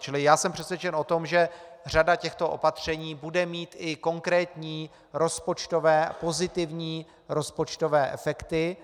Čili já jsem přesvědčen o tom, že řada těchto opatření bude mít i konkrétní rozpočtové, pozitivní rozpočtové efekty.